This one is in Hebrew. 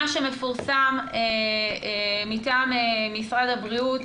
מה שמפורסם מטעם משרד הבריאות,